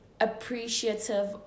appreciative